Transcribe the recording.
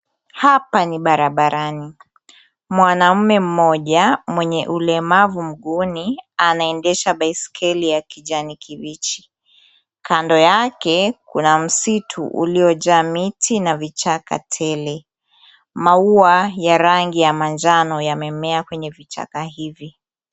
Hapa ni barabarani. Mwanaume mmoja mwenye ulemavu mguuni anaendesha baiskeli ya kijani kibichi. Kando yake kuna msitu uliojaa miti na vichaka tele. Maua ya rangi ya manjano yamemea kwenye vichaka hivi.